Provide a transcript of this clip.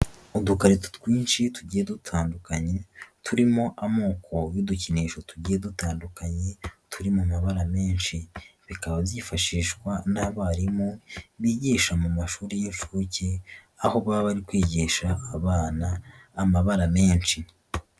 Udukarito twinshi tugiye dutandukanye turimo amoko y'udukinisho tugiye dutandukanye turi mu mabara menshi, bikaba byifashishwa n'abarimu bigisha mu mashuri y'inshuke aho baba bari kwigisha abana amabara menshi.